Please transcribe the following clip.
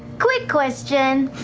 quick question,